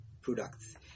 products